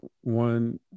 one